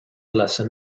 lesson